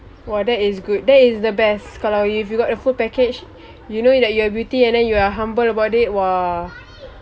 !wah! that is good that is the best kalau you've you got the full package you know that you are beauty and then you are humble about it !wah!